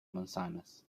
manzanas